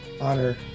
Honor